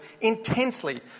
intensely